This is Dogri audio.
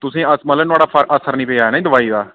तुसें अस मतलब नुहाड़ा असर नि पेआ दवाई दा